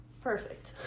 Perfect